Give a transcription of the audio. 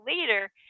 later